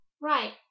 Right